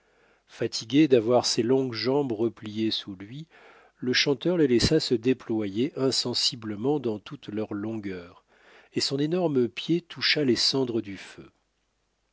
fatigué d'avoir ses longues jambes repliées sous lui le chanteur les laissa se déployer insensiblement dans toute leur longueur et son énorme pied toucha les cendres du feu